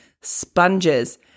sponges